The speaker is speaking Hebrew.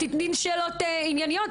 תתני לי תשובות ענייניות,